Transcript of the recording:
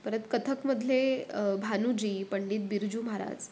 परत कथकमधले भानुजी पंडित बिरजू महाराज